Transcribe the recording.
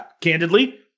Candidly